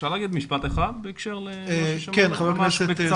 אפשר להגיד משפט אחד בהקשר למה ששמענו בקצרה?